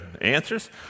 answers